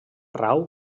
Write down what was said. rau